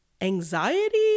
anxiety